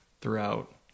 throughout